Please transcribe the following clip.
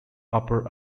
upper